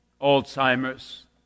Alzheimer's